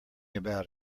about